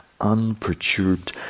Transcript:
unperturbed